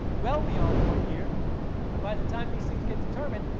well beyond one year, and by the time these things get determined,